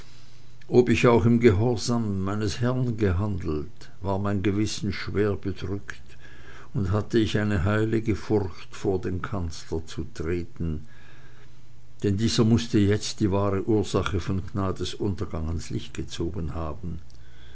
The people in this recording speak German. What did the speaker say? ob ich auch im gehorsam meines herrn gehandelt war mein gewissen schwer bedrückt und hatte ich eine heilige furcht vor den kanzler zu treten denn dieser mußte jetzt die wahre ursache von gnades untergang ans licht gezogen haben